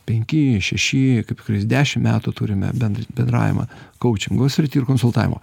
penki šeši kaip dešimt metų turime bendr bendravimą koučingo srity ir konsultavimo